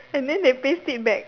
and then they paste it back